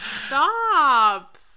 stop